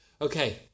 okay